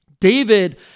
David